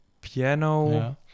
piano